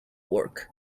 work